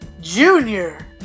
Junior